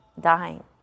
dying